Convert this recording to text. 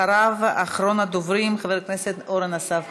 ואחריו, אחרון הדוברים, חבר הכנסת אורן אסף חזן,